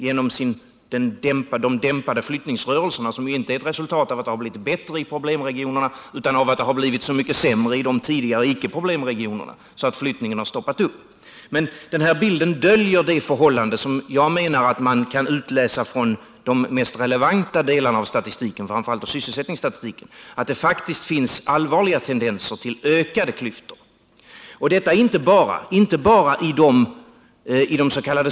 Genom de dämpade flyttningsrörelserna, som inte är ett resultat av att det blivit bättre i problemregionerna utan av att det blivit så mycket sämre i tidigare icke problemregioner så att flyttningen har stoppat upp, döljer den bilden det som jag menar kan utläsas från de mest relevanta delarna av statistiken, framför allt sysselsättningsstatistiken. Den döljer nämligen att det faktiskt finns allvarliga tendenser till ökade klyftor. Det gäller inte bara i des.k.